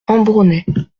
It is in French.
ambronay